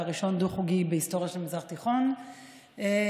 הראשון דו-חוגי בהיסטוריה של המזרח התיכון מבחינתי,